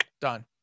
Done